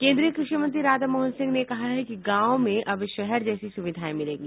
केन्द्रीय कृषि मंत्री राधामोहन सिंह ने कहा है कि गांवों में अब शहर जैसी सुविधांए मिलेगी